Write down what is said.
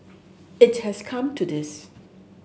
it has come to this